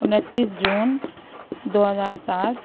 انتیس جون دو ہزار سات